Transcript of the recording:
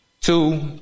Two